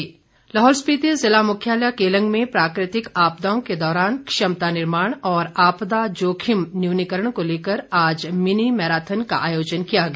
marathon Lahaul Spiti जिला मुख्यालय केलंग में प्राकृतिक आपदाओं के दौरान क्षमता निर्माण और आपदा जोखिम न्यूनीकरण को लेकर आज मिनी मैराथन का आयोजन किया गया